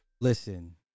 Listen